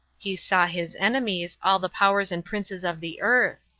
he saw his enemies, all the powers and princes of the earth.